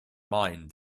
mind